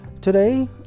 Today